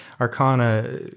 arcana